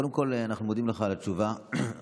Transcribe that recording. קודם כול, אנחנו מודים לך על התשובה המפורטת.